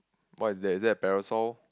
what is that is that a parasol